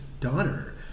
daughter